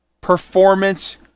performance